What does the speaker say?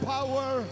Power